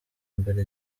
imbere